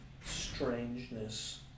strangeness